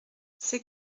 c’est